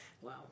Wow